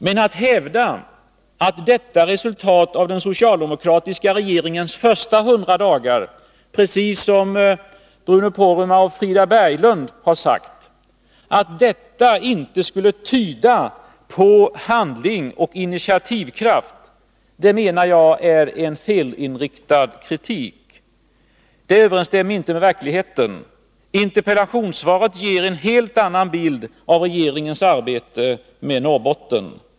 Men att hävda att detta resultat av den socialdemokratiska regeringens första 100 dagar inte skulle tyda på handling och initiativkraft — som Bruno Poromaa och Frida Berglund har sagt — det innebär, menar jag, en felinriktad kritik. Det överensstämmer inte med verkligheten. Interpellationssvaret ger en helt annan bild av regeringens arbete med Norrbotten.